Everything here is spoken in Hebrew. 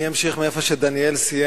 אני אמשיך מהמקום שדניאל סיים.